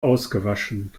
ausgewaschen